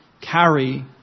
carry